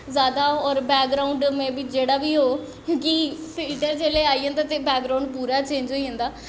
जादा बैकग्राऊंड़ मेवी जेह्ड़ा बी होग क्योंकि फिल्टर जिसले आई जंदा ते बैकग्राऊंड़ चेंज़ होई जंदा